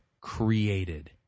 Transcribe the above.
created